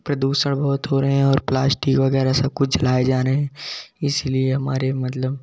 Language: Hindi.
प्रदूषण बहुत हो रहे हैं और प्लास्टिक वगैरह जलाए जा रहे हैं इसलिए हमारे मतलब